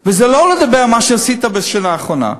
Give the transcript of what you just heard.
וזה כשעוד לא נדבר על מה שעשית בשנה האחרונה.